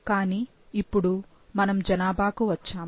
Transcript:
కానీ ఇప్పుడు మనము జనాభాకు వచ్చాము